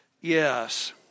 Yes